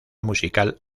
musical